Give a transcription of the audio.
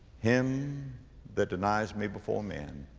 him that denies me before men,